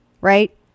Right